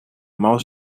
mouth